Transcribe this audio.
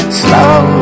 slow